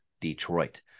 Detroit